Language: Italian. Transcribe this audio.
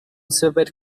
saper